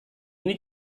ini